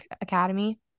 academy